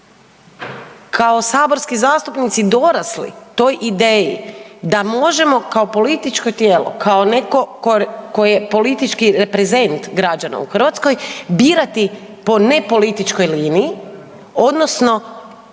kao saborski zastupnici dorasli toj ideji da možemo kao političko tijelo, kao netko tko je politički reprezent građana u Hrvatskoj birati po nepolitičkoj liniji, odnosno